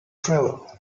travel